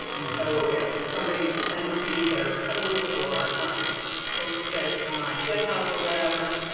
so if somebody sends me their code or um posts it on github or whatever,